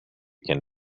can